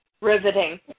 Riveting